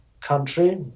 country